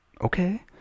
okay